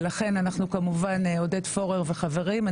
ולכן אנחנו כמובן, עודד פורר וחברים.